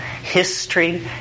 History